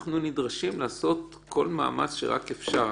אנחנו נדרשים לעשות כל מאמץ שרק אפשר,